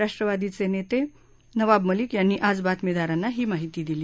रराष्ट्रवादीचे नेते नवाब मलिक यांनी आज बातमीदारांना ही माहिती दिली